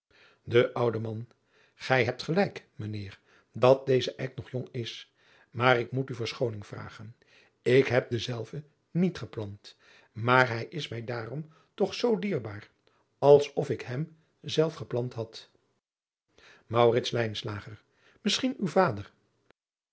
e oude an ij hebt gelijk mijn eer dat deze eik nog jong is maar ik moet u verschooning vragen ik heb denzelven niet geplant maar hij is mij daarom toch zoo dierbaar als of ik hem zelf geplant had isschien uw vader